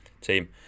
Team